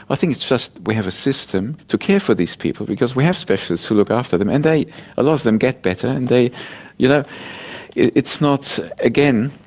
i think it's just we have a system to care for these people because we have specialists who look after them, and a lot of them get better. and you know it's not, again,